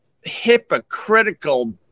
hypocritical